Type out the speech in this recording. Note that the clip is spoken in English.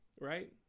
right